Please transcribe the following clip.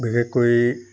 বিশেষ কৰি